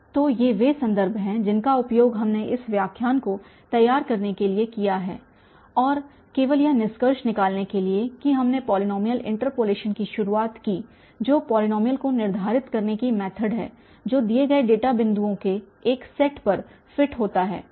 तो ये वे संदर्भ हैं जिनका उपयोग हमने इस व्याख्यान को तैयार करने के लिए किया है और केवल यह निष्कर्ष निकालने के लिए कि हमने पॉलीनॉमियल इन्टर्पोलेशन की शुरुआत की जो पॉलीनॉमियल को निर्धारित करने की मैथड है जो दिए गए डेटा बिंदुओं के एक सेट पर फिट होता है